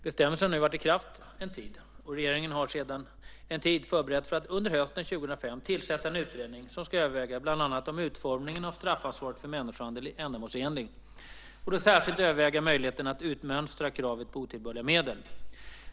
Bestämmelsen har nu varit i kraft en tid och regeringen har sedan en tid förberett för att under hösten 2005 tillsätta en utredning som ska överväga bland annat om utformningen av straffansvaret för människohandel är ändamålsenlig och då särskilt överväga möjligheten att utmönstra kravet på otillbörliga medel.